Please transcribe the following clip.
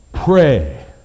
Pray